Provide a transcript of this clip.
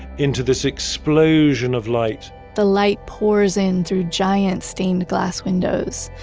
into this explosion of light the light pours in through giant stained glass windows.